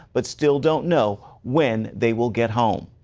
but still don't know when they will get home.